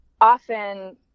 often